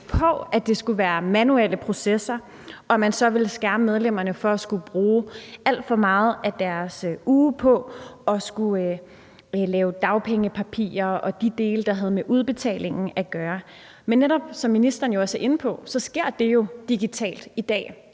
jo baseret på, at det skulle være manuelle processer, og at man ville skærme medlemmerne fra at skulle bruge alt for meget af deres uge på at lave dagpengepapirer og de dele, der har med udbetalingen at gøre. Men som ministeren netop var inde på, sker det jo digitalt i dag,